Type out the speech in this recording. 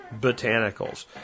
Botanicals